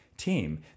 team